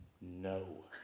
No